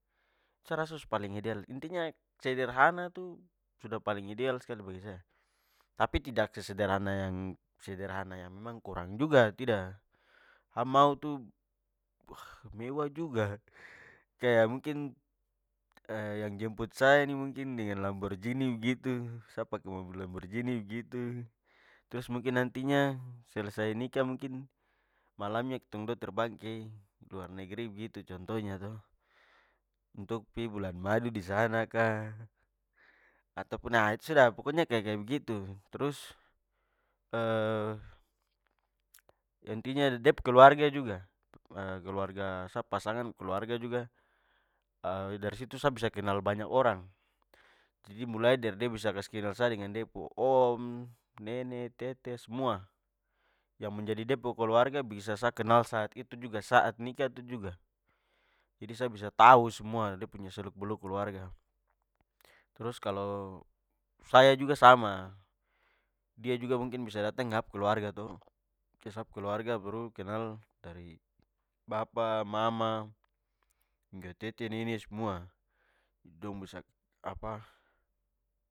Sa rasa su paling ideal, intinya sederhana tu sudah paling ideal skali bagi saya. Tapi tidak sesederhana yang sederhana yang memang kurang juga, tidak! Sa mau tu, mewah juga. Kaya mungkin yang jemput saya ini mungkin dengan lamborghini begitu. Sa pake mobil lamborghini begitu. Trus mungkin nantinya, selesai nikah mungkin malamnya ketong dua terbang ke luar negri begitu contohnya to. Untuk pi bulan madu disana ka, atau pun itu sudah, pokoknya kaya-kaya begitu. Trus intinya de pu keluarga juga keluarga sap pasangan pu keluarga juga. Dari situ sa bisa kenal banyak orang. Jadi, mulai dari de bisa kasih kenal sa dengan de punya om, nene, tete, semua yang menjadi de pu keluarga bisa sa kenal saat itu juga saat nikah itu juga-. Jadi sa bisa tau semua de punya seluk-beluk keluarga. Trus kalo saya juga sama, dia juga mungkin bisa datang ke sap keluarga to. Ke sap keluarga baru kenal dari bapa, mama, hingga tete, nene semua donk bisa apa